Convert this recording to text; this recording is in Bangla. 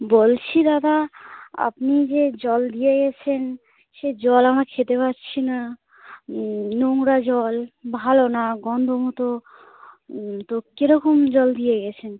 বলছি দাদা আপনি যে জল দিয়ে গেছেন সেই জল আমি খেতে পারছি না নোংরা জল ভালো না গন্ধ মতো তো কীরকম জল দিয়ে গেছেন